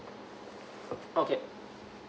oh okay